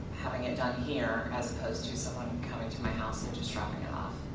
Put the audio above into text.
having it done here as opposed to someone coming to my house and just dropping it off.